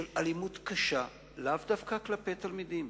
של אלימות קשה, לאו דווקא כלפי תלמידים,